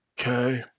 Okay